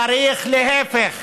צריך להפך,